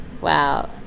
Wow